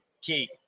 key